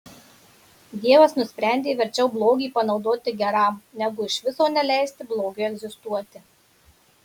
dievas nusprendė verčiau blogį panaudoti geram negu iš viso neleisti blogiui egzistuoti